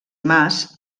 mas